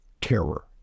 terror